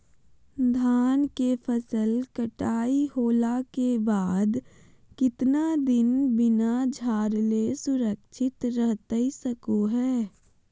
धान के फसल कटाई होला के बाद कितना दिन बिना झाड़ले सुरक्षित रहतई सको हय?